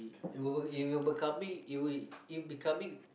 it will it will be coming it will it will be coming